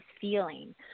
feeling